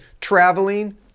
traveling